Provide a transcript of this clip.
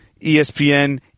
ESPN